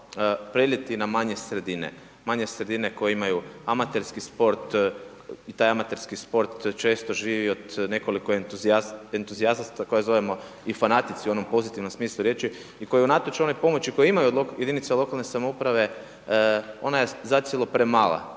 sredine, manje sredine koje imaju amaterski sport i taj amaterski sport često živi od nekoliko entuzijasta koje zovemo i fanatici u onom pozitivnom smislu riječi i koji unatoč onoj pomoći koju imaju od jedinica lokalne samouprave, ona je zacijelo premala